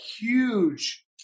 huge